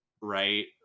Right